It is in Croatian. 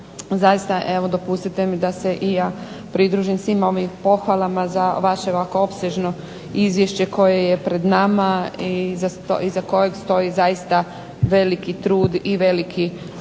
Zaista evo dopustite mi da se i ja pridružim svim ovim pohvalama za vaše ovako opsežno izvješće koje je pred nama iza kojeg stoji zaista veliki trud i veliki